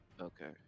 Okay